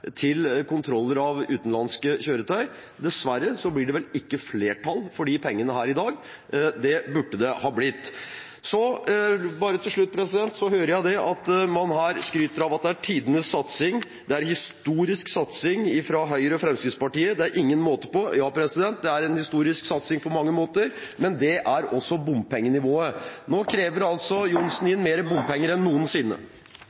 til kontroller av utenlandske kjøretøyer. Dessverre blir det vel ikke flertall for de pengene her i dag. Det burde det ha blitt. Bare helt til slutt: Jeg hører at man her skryter av at det er tidenes satsing, at det er en historisk satsing fra Høyre og Fremskrittspartiet – det er ikke måte på. Ja, det er en historisk satsing på mange måter, men det er også bompengenivået. Nå krever altså